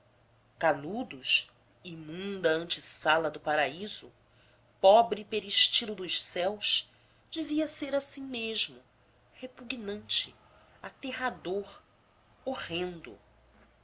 canudos imunda ante sala do paraíso pobre peristilo dos céus devia ser assim mesmo repugnante aterrador horrendo